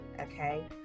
Okay